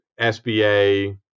SBA